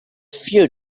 few